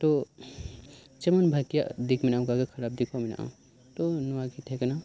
ᱛᱚ ᱡᱮᱢᱚᱱ ᱵᱷᱟᱜᱤᱭᱟᱜ ᱫᱤᱠ ᱢᱮᱱᱟᱜᱼᱟ ᱚᱝᱠᱟ ᱜᱮ ᱠᱷᱟᱨᱟᱯ ᱫᱤᱠ ᱦᱚᱸ ᱦᱮᱱᱟᱜᱼᱟ ᱛᱚ ᱱᱚᱶᱟ ᱜᱮ ᱛᱟᱦᱮᱸ ᱠᱟᱱᱟ